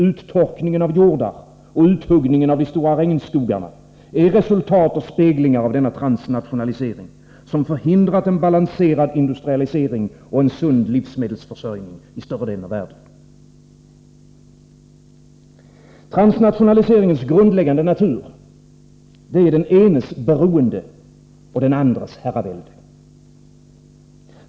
Uttorkningen av jordar och uthuggningen av de stora regnskogarna är resultat och speglingar av denna transnationalisering, som förhindrat en balanserad industrialisering och en sund livsmedelsförsörjning i större delen av världen. Transnationaliseringens grundläggande natur är den enes beroende och den andres herravälde.